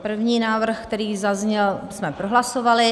První návrh, který zazněl, jsme prohlasovali.